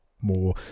more